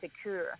secure